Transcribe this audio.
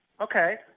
Okay